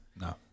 No